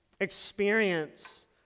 experience